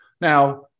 Now